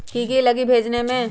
की की लगी भेजने में?